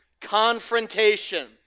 Confrontation